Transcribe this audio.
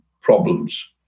problems